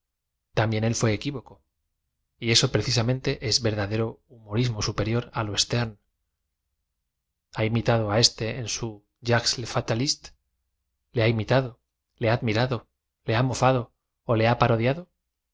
también él fué equivoco y eso precisamente es verdadero humorismo superior á lo sterne ha imitado éste en su jacques le fatalií u le ha imitado le ha admirado le ha mofado ó le ha parodiado